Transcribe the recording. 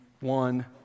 one